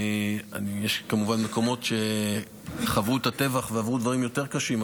יש מקומות שחוו את הטבח ועברו דברים יותר קשים,